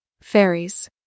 fairies